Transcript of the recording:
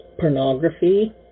pornography